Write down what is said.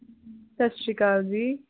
ਸਤਿ ਸ਼੍ਰੀ ਅਕਾਲ ਜੀ